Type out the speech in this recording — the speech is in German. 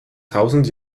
tausend